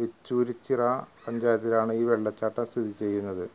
വിച്ചൂരിച്ചിറ പഞ്ചായത്തിലാണ് ഈ വെള്ളച്ചാട്ടം സ്ഥിതി ചെയ്യുന്നത്